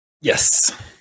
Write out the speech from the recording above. Yes